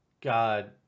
God